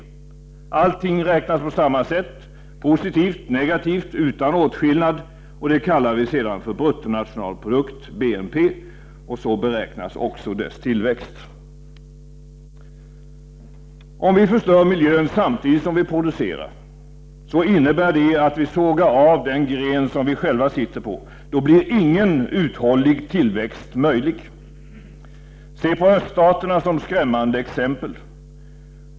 Allting räknas på samma sätt, positivt och negativt, utan åtskillnad. Det kallar vi sedan bruttonationalprodukt, BNP, och så beräknas också dess tillväxt. Om vi förstör miljön samtidigt som vi producerar, innebär det att vi sågar av den gren som vi själva sitter på. Då blir ingen uthållig tillväxt möjlig. Se på öststaterna som skrämmande exempel.